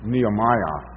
Nehemiah